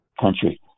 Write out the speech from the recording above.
country